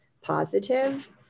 positive